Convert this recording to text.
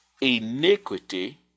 iniquity